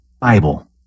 Bible